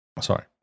Sorry